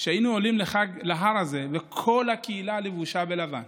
שהיינו עולים לחג להר הזה וכל הקהילה לבושה בלבן.